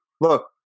Look